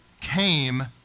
came